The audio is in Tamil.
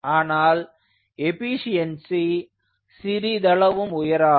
ஆனால் எஃபீஷியன்ஸி சிறிதளவும் உயராது